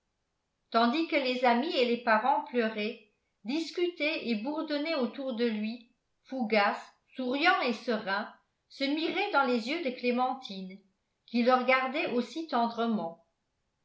tandis que les amis et les parents pleuraient discutaient et bourdonnaient autour de lui fougas souriant et serein se mirait dans les yeux de clémentine qui le regardait aussi tendrement